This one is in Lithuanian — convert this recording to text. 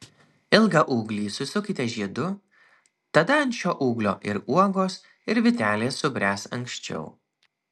ilgą ūglį susukite žiedu tada ant šio ūglio ir uogos ir vytelės subręs anksčiau